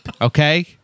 okay